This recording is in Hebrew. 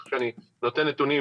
כך שאני נותן נתונים